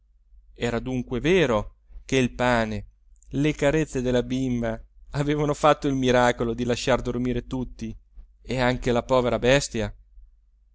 era dunque vero che il pane le carezze della bimba avevano fatto il miracolo di lasciar dormire tutti e anche la povera bestia